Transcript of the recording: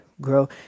grow